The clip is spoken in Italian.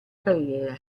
carriera